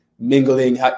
Mingling